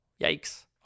Yikes